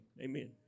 Amen